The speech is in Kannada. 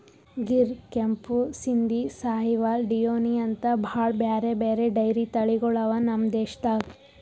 ಗಿರ್, ಕೆಂಪು ಸಿಂಧಿ, ಸಾಹಿವಾಲ್, ಡಿಯೋನಿ ಅಂಥಾ ಭಾಳ್ ಬ್ಯಾರೆ ಬ್ಯಾರೆ ಡೈರಿ ತಳಿಗೊಳ್ ಅವಾ ನಮ್ ದೇಶದಾಗ್